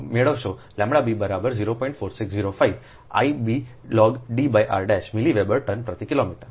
4605 I b log d r milli weber turn પ્રતિ kilometre